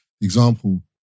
example